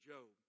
Job